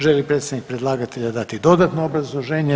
Želi li predstavnik predlagatelja dati dodatno obrazloženje?